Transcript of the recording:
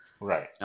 Right